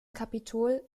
kapitol